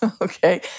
Okay